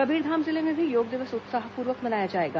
कबीरधाम जिले में भी योग दिवस उत्साहपूर्वक मनाया जाएगा